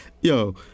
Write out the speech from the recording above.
Yo